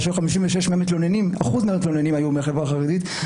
56 מהמתלוננים, 1% מהמתלוננים היה מהחברה החרדית.